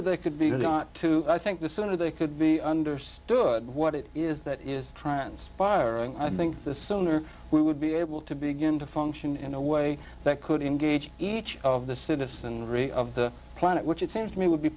they could be done to i think the sooner they could be understood what it is that is transpiring i think the sooner we would be able to begin to function in a way that could engage each of the citizenry of the planet which it seems to me would be